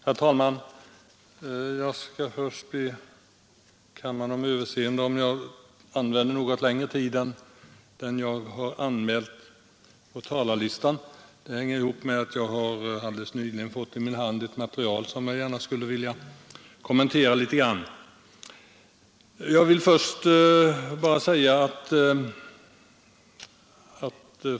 Herr talman! Först ber jag om kammarens överseende, om jag kommer att använda något längre tid än vad jag har anmält på talarlistan. Det sammanhänger med att jag alldeles nyligen har fått ett material i min hand som jag gärna vill kommentera litet.